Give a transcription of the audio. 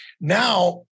Now